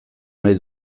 nahi